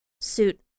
suit